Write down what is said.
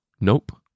nope